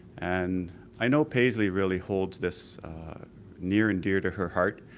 and i know paisley really holds this near and dear to her heart,